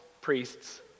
priests